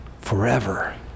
forever